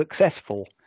successful